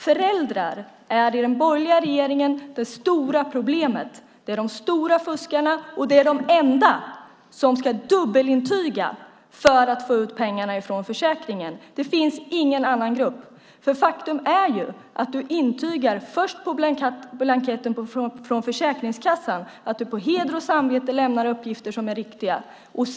Föräldrar är för den borgerliga regeringen det stora problemet. De är de stora fuskarna, och de är de enda som ska dubbelintyga för att få ut pengarna från försäkringen. Det gäller ingen annan grupp. Faktum är att du intygar först på blanketten från Försäkringskassan att du på heder och samvete lämnar uppgifter som är riktiga.